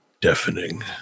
deafening